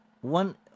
one